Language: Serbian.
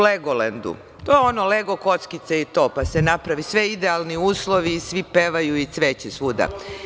Legolend, to je ono lego kockice i to, pa se naprave idealni uslovi, svi pevaju i cveće svuda.